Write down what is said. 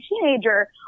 teenager